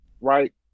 right